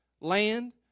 land